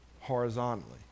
horizontally